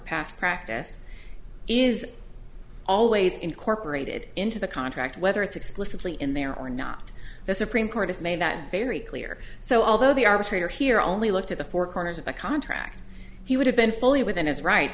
past practice is always incorporated into the contract whether it's explicitly in there or not the supreme court has made that very clear so although the arbitrator here only looked at the four corners of a contract he would have been fully within his right